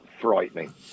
frightening